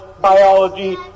biology